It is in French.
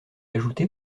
ajouté